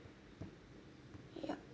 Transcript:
yup